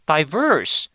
Diverse